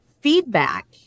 feedback